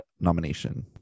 nomination